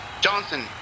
Johnson